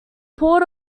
port